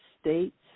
states